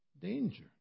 danger